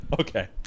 Okay